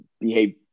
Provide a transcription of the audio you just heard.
behave